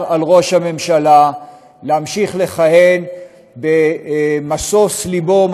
על ראש הממשלה להמשיך לכהן במשוש לבו,